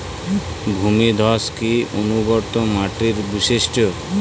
ভূমিধস কি অনুর্বর মাটির বৈশিষ্ট্য?